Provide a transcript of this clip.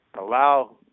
allow